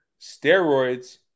Steroids